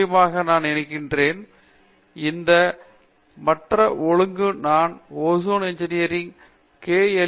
நிச்சயமாக நான் நினைக்கிறேன் எந்த மற்ற ஒழுக்கமும் நான் ஓசான் இன்ஜினியரில் கே